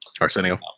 arsenio